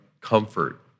comfort